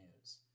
news